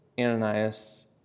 Ananias